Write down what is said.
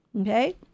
Okay